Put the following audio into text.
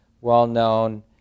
well-known